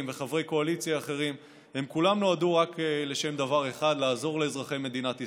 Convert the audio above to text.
וחברי קואליציה אחרים כולם נועדו רק לדבר אחד: לעזור לאזרחי מדינת ישראל.